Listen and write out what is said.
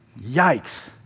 Yikes